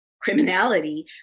criminality